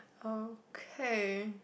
okay